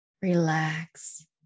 Relax